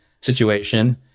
situation